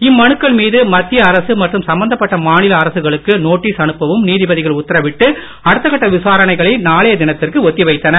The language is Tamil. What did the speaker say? இம்மனுக்கள் மீது மத்திய அரசு மற்றும் சம்பந்தப்பட்ட மாநில அரசுகளுக்கு நோட்டீஸ் அனுப்பவும் நீதிபதிகள் உத்தரவிட்டு அடுத்த கட்ட விசாரணைகளை நாளைய தினத்திற்கு ஒத்தி வைத்தனர்